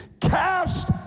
cast